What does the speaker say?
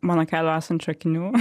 mano kelių esančių akinių